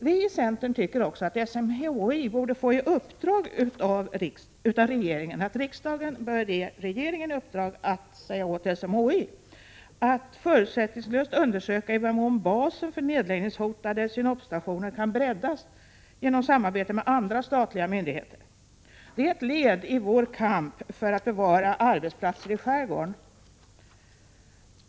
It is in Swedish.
Vi i centern tycker också att riksdagen hos regeringen borde begära att SMHI får i uppdrag att förutsättningslöst undersöka i vad mån basen för nedläggningshotade synopstationer kan breddas genom samarbete med andra statliga myndigheter. Det är ett led i vår kamp för att bevara arbetsplatser i skärgården.